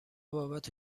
بابت